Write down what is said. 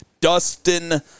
Dustin